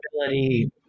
ability